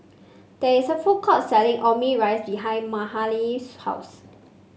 there is a food court selling Omurice behind Mahalie's house